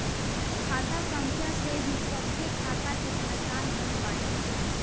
खाता संख्या से ही सबके खाता के पहचान होत बाटे